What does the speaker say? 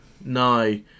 No